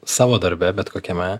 savo darbe bet kokiame